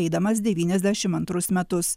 eidamas devyniasdešim antrus metus